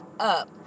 up